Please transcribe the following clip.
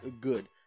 good